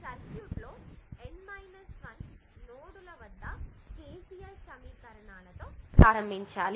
circuit లో N 1 node ల వద్ద KCL సమీకరణాలతో ప్రారంభించాలి